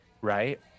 right